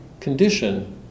Condition